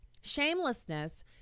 shamelessness